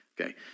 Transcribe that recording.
Okay